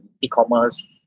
e-commerce